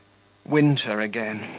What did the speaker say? winter again.